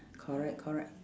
correct correct